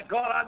God